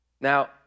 Now